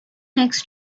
next